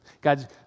God's